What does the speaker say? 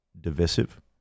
divisive